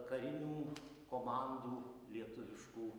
karinių komandų lietuviškų